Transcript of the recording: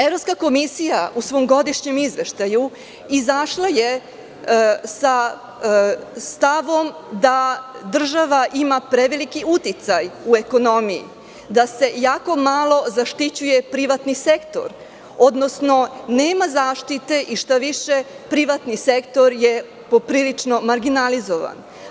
Evropska komisija je u svom godišnjem izveštaju izašla sa stavom da država ima preveliki uticaj u ekonomiji, da se jako malo zaštićuje privatni sektor, odnosno nema zaštite i, šta više, privatni sektor je poprilično marginalizovan.